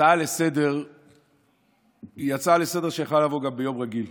הצעה לסדר-היום היא הצעה לסדר-היום שיכלה לבוא גם ביום רגיל,